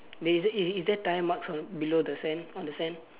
is is there tyre marks on below the sand on the sand